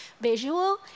visual